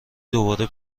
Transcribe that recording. دوباره